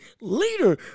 leader